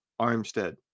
Armstead